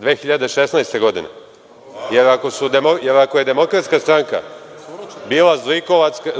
2016. godine, jer ako je DS bila